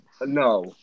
No